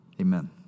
Amen